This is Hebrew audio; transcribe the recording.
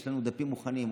יש לנו דפים מוכנים,